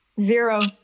Zero